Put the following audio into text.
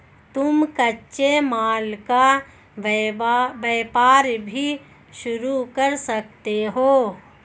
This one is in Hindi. तुम कच्चे माल का व्यापार भी शुरू कर सकते हो